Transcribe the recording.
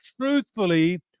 truthfully